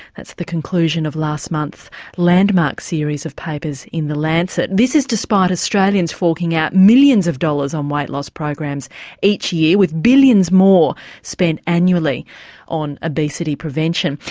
that's the conclusion of last month's landmark series of papers in the lancet. this is despite australians forking out millions of dollars on weight loss programs each year with billions more spent annually on obesity prevention.